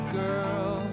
girl